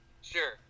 sure